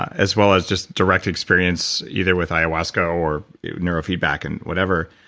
as well as just direct experience either with ayahuasca or neurofeedback and whatever,